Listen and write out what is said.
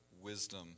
wisdom